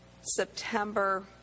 September